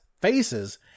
faces